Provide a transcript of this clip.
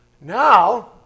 now